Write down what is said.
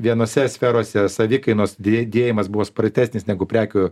vienose sferose savikainos di dėjimas buvo spartesnis negu prekių